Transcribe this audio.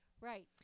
Right